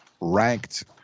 ranked